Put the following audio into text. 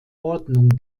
ordnung